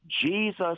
Jesus